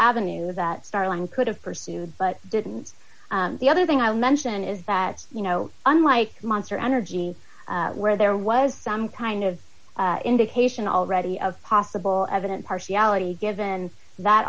avenue that starland could have pursued but didn't the other thing i'll mention is that you know unlike monster energy where there was some kind of indication already of possible evident partiality given that